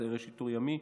סיירי שיטור ימי,